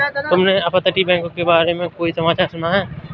तुमने अपतटीय बैंक के बारे में कोई समाचार सुना है?